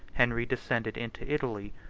henry descended into italy,